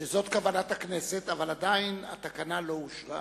שזאת כוונת הכנסת, אבל עדיין התקנה לא אושרה,